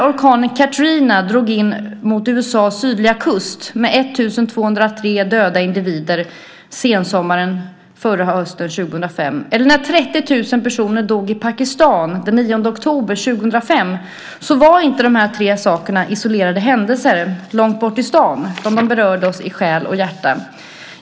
Orkanen Katrina drog in mot USA:s sydliga kust med 1 203 döda individer som följd sensommaren, förra hösten, 2005. 30 000 personer dog i Pakistan den 9 oktober 2005. De här tre sakerna var inte isolerade händelser i Långtbortistan, utan de berörde oss i själ och hjärta.